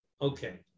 Okay